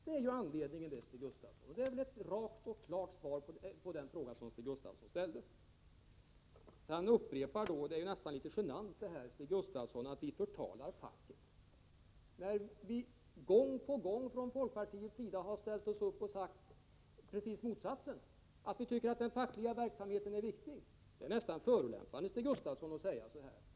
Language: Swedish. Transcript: Det är anledningen, Stig Gustafsson, och det är ett rakt och klart svar på den fråga som ställdes. Det är litet genant när Stig Gustafsson upprepar att vi förtalar facket. Vi har gång på gång från folkpartiets sida ställt oss upp och sagt precis motsatsen, nämligen att vi tycker att den fackliga verksamheten är viktig. Det är nästan förolämpande, Stig Gustafsson, att säga någonting annat.